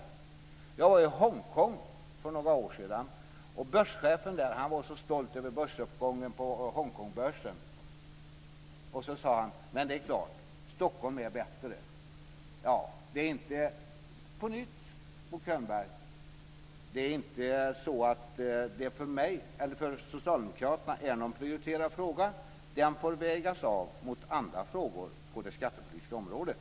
Jag var i Hongkong för några år sedan. Börschefen där var stolt över börsuppgången, men så sade han: Det är klart, Stockholm är bättre. På nytt, Bo Könberg: Det är inte någon prioriterad fråga för socialdemokraterna. Den får vägas av mot andra frågor på det skattepolitiska området.